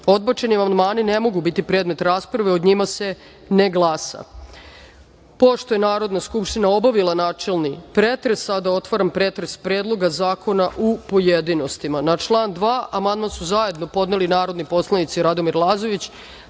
Pavlović. Odbačeni amandmani ne mogu biti predmet rasprave i o njima se ne glasa. Pošto je Narodna skupština obavila načelni pretres, sada otvaram pretres Predloga zakona u pojedinostima. Na član 2. amandman su zajedno podneli narodni poslanici Radomir Lazović,